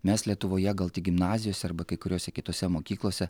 mes lietuvoje gal tik gimnazijose arba kai kuriose kitose mokyklose